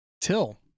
till